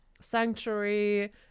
sanctuary